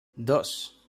dos